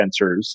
sensors